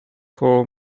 two